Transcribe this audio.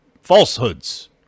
falsehoods